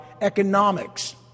economics